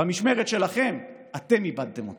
במשמרת שלכם, אתם איבדתם אותה.